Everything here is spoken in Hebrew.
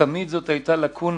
תמיד זאת הייתה לקונה,